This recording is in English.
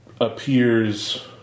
appears